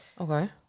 Okay